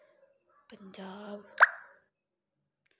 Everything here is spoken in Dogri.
पंजाब